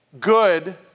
good